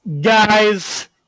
guys